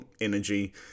energy